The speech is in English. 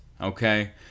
Okay